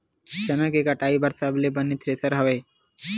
चना के कटाई बर सबले बने थ्रेसर हवय?